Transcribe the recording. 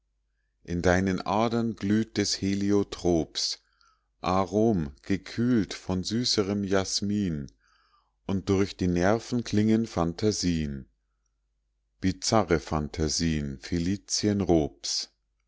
in deinen adern glüht des heliotrops arom gekühlt von süßerem jasmin und durch die nerven klingen phantasien bizarre phantasien